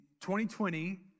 2020